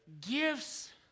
gifts